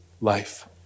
life